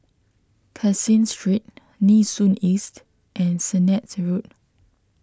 Caseen Street Nee Soon East and Sennett Road